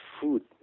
food